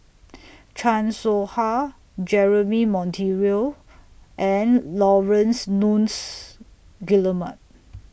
Chan Soh Ha Jeremy Monteiro and Laurence Nunns Guillemard